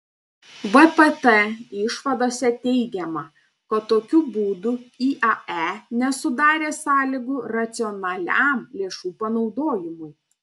vpt išvadose teigiama kad tokiu būdu iae nesudarė sąlygų racionaliam lėšų panaudojimui